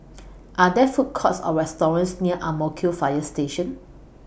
Are There Food Courts Or restaurants near Ang Mo Kio Fire Station